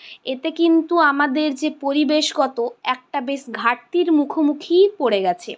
এতে কিন্তু আমাদের যে পরিবেশগত একটা বেশ ঘাটতির মুখোমুখিই পড়ে গেছে